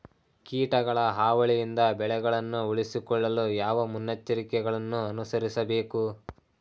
ಕೀಟಗಳ ಹಾವಳಿಯಿಂದ ಬೆಳೆಗಳನ್ನು ಉಳಿಸಿಕೊಳ್ಳಲು ಯಾವ ಮುನ್ನೆಚ್ಚರಿಕೆಗಳನ್ನು ಅನುಸರಿಸಬೇಕು?